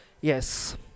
Yes